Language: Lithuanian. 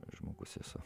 žmogus esu